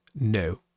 No